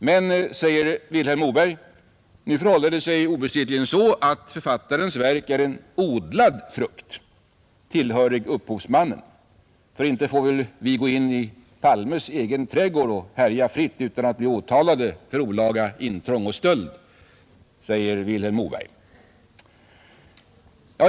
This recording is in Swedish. Men, säger Vilhelm Moberg, nu förhåller det sig obestridligen så att författarens verk är en odlad frukt, tillhörig upphovsmannen. För inte får väl vi gå in i Palmes egen trädgård och härja fritt utan att bli åtalade för olaga intrång och stöld, frågar Vilhelm Moberg.